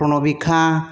प्रनबिखा